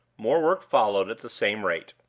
more work followed at the same rate.